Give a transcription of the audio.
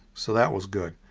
so that was good.